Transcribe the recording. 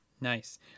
Nice